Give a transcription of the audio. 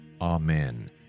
Amen